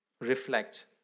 reflect